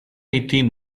eighteen